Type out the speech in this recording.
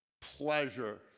pleasure